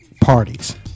parties